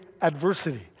adversity